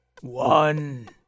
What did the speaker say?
One